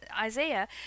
Isaiah